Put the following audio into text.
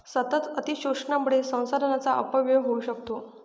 सतत अतिशोषणामुळे संसाधनांचा अपव्यय होऊ शकतो